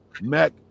Mac